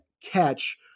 catch